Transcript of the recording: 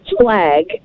flag